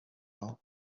all